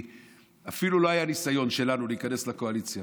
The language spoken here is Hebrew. ואפילו לא היה ניסיון שלנו להיכנס לקואליציה